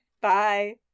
Bye